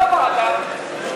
אותה ועדה,